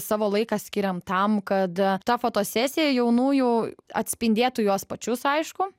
savo laiką skiriam tam kad ta fotosesija jaunųjų atspindėtų juos pačius aišku